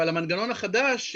אבל המנגנון החדש,